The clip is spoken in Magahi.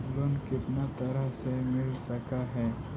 लोन कितना तरह से मिल सक है?